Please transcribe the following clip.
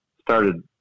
started